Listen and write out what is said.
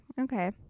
Okay